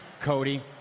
Cody